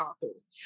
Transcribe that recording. authors